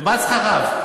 למה את צריכה רב?